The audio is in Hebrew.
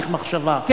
הליך מחשבה,